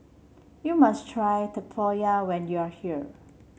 you must try Tempoyak when you are here